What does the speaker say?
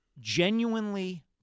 genuinely